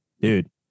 dude